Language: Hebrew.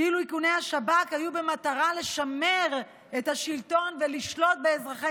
כאילו איכוני השב"כ היו במטרה לשמר את השלטון ולשלוט באזרחי